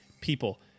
people